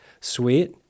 Sweet